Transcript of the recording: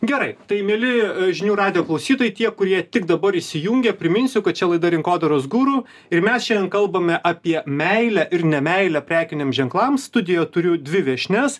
gerai tai mieli žinių radijo klausytojai tie kurie tik dabar įsijungė priminsiu kad čia laida rinkodaros guru ir mes šiandien kalbame apie meilę ir nemeilę prekiniams ženklams studijoje turiu dvi viešnias